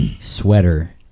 sweater